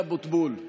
די.